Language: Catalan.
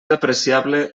apreciable